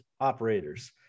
operators